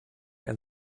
and